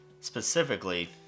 specifically